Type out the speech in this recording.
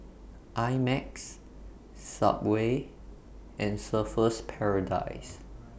I Max Subway and Surfer's Paradise